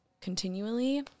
continually